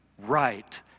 right